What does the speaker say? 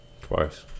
Twice